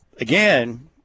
again